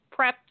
prepped